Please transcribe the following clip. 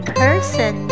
person